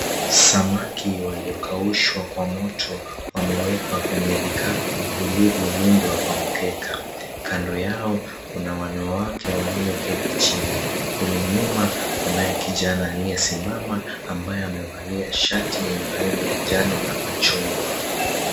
Samaki waliokaushwa kwa moto wamewekwa kwenye vikapu vilivyoundwa kwa mkeka, kando yao kuna wanawake walioketi chini kule nyuma kunaye kijana aliyesimama ambae amevali shati yenye rangi ya njano na machungwa.